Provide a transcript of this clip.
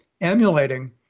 emulating